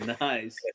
Nice